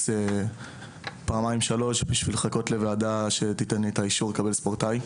כמה פעמים בשביל לחכות לוועדה שתכיר בי כספורטאי.